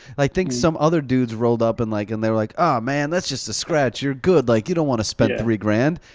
i think some other dudes rolled up, and like and they were like, oh, man. that's just a scratch, you're good. like you don't wanna spend three grand.